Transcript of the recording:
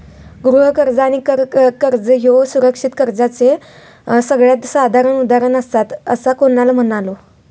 गृह कर्ज आणि कर कर्ज ह्ये सुरक्षित कर्जाचे सगळ्यात साधारण उदाहरणा आसात, असा कुणाल म्हणालो